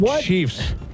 Chiefs